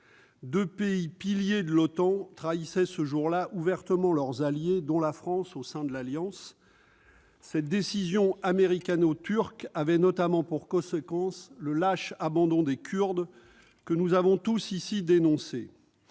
deux pays piliers de l'OTAN trahissaient ouvertement leurs alliés au sein de l'Alliance, dont la France. Cette décision américano-turque avait notamment pour conséquence le lâche abandon des Kurdes, que nous avons tous ici dénoncé.